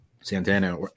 Santana